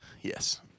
Yes